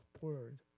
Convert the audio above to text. word